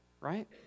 Right